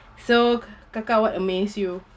so kakak what amaze you